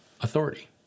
authority